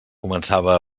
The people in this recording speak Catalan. començava